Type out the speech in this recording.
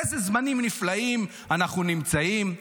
באיזה זמנים נפלאים אנחנו נמצאים,